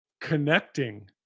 connecting